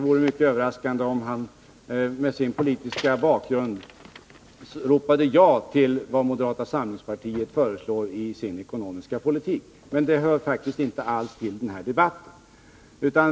Med den politiska bakgrund han har vore det ju mycket överraskande om han ropade ja till vad moderata samlingspartiet föreslår i sin ekonomiska politik. Men det hör inte till denna debatt.